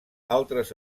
altres